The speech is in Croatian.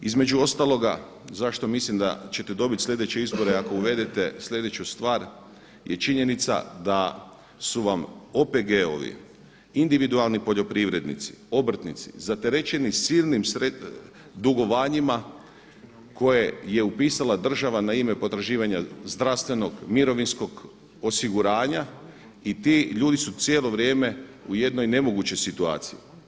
Između ostaloga zašto mislim da ćete dobiti slijedeće izbore ako uvedete slijedeću stvar je činjenica da su vam OPG-ovi, individualni poljoprivrednici, obrtnici zaterećeni silnim dugovanjima koje je upisala država na ime potraživanja zdravstvenog, mirovinskog osiguranja i ti ljudi su cijelo vrijeme u jednoj nemogućoj situaciji.